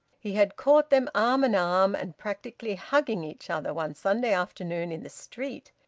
he had caught them arm-in-arm and practically hugging each other, one sunday afternoon in the street.